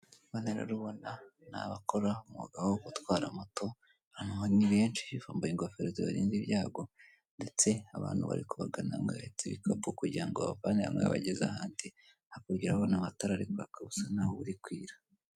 Bano rero ubona ni abakora umwuga wo gutwara moto ni benshi bambaye ingofero zibarinda ibyago ndetse abantu bari kubagana bahetse ibikapu kugira ngo babavane hamwe bageze ahandi havugiraho n' amatara ari kwaka busa ntaho buri kwira.